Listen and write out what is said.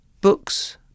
Books